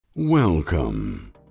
Welcome